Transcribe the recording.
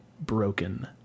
broken